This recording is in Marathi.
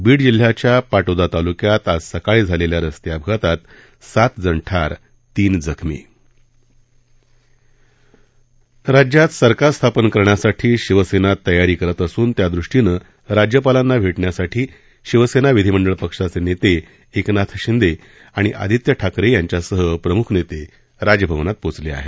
बीड जिल्ह्याच्या पाटोदा तालुक्यात आज सकाळी झालेल्या रस्ते अपघातात सातजण ठार तीन जखमी राज्यात सरकार स्थापन करण्यासाठी शिवसेना तयारी करत असून त्यादृष्टीनं राज्यपालांना भेटण्यासाठी शिवसेना विधीमंडळ पक्षाचे नेते एकनाथ शिंदे आणि आदित्य ठाकरे यांच्यासह प्रमुख नेते राजभवनात पोचले आहेत